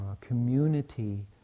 community